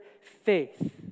faith